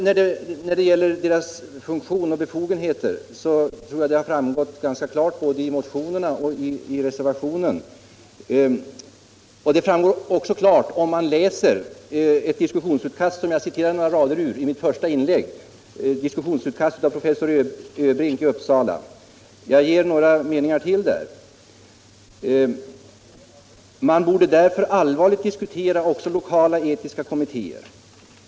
Kommittéernas funktion och befogenheter har framgått ganska klart både av motionerna och av reservationen, och de framgår också klart av det diskussionsutkast av professor Öbrink i Uppsala som jag nämnde i mitt första inlägg. Han säger vidare: ”Man borde därför allvarligt diskutera också lokala etiska kommittéer.